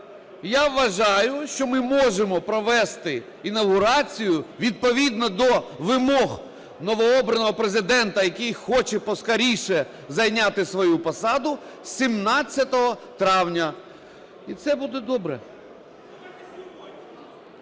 я вважаю, що ми можемо провести інавгурацію відповідно до вимог новообраного Президента, який хоче поскоріше зайняти свою посаду, 17 травня. І це буде добре.